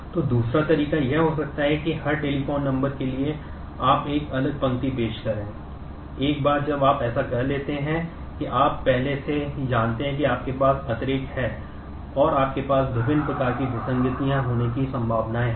तो दूसरा तरीका यह हो सकता है कि हर टेलीफोन नंबर होने की संभावनाएं हैं